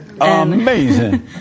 Amazing